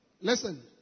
Listen